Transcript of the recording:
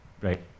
right